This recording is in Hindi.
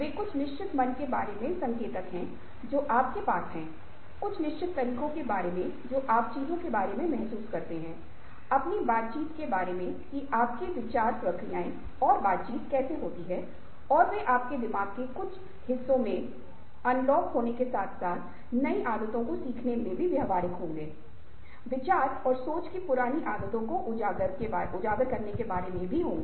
वे कुछ निश्चित मन के बारे में संकेतक हैं जो आपके पास हैं कुछ निश्चित तरीकों के बारे में जो आप चीजों के बारे में महसूस करते हैं अपनी बातचीत के बारे में कि आपकी विचार प्रक्रियाएं और बातचीत कैसे होती हैं और वे आपके दिमाग के कुछ हिस्सों में अनलॉक होने के साथ साथ नई आदतों को सीखने में भी व्यावहारिक होने विचार और सोच की पुरानी आदतों को उजागर करने केबारे मे